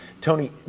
Tony